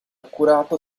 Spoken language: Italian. accurato